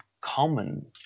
common